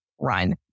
run